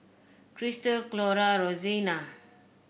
Christal Clora Roseanna